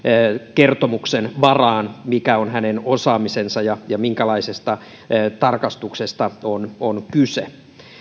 kertomuksen varaan mikä on hänen osaamisensa ja ja minkälaisesta tarkastuksesta on on kyse